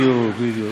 בדיוק, בדיוק.